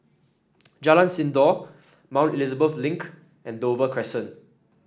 Jalan Sindor Mount Elizabeth Link and Dover Crescent